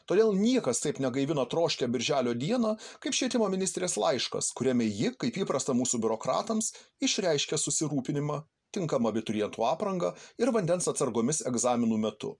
todėl niekas taip negaivina troškią birželio dieną kaip švietimo ministrės laiškas kuriame ji kaip įprasta mūsų biurokratams išreiškia susirūpinimą tinkama abiturientų aprangą ir vandens atsargomis egzaminų metu